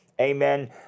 Amen